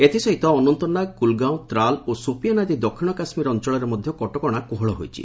ଏହା ସହିତ ଅନନ୍ତନାଗ କୁଲଗାଓଁ ତ୍ରାଲ ଓ ସୋପିଆନ୍ ଆଦି ଦକ୍ଷିଣ କାଶ୍ମୀର ଅଞ୍ଚଳରେ ମଧ୍ୟ କଟକଣା କୋହଳ ହୋଇଛି